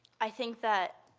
i think that